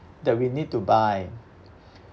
that we need to buy